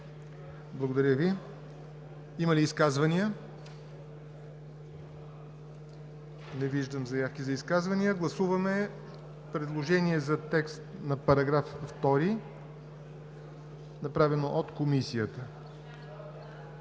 ЯВОР НОТЕВ: Има ли изказвания? Не виждам заявки за изказвания. Гласуваме предложение за текст на § 2, направено от Комисията.